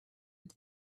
into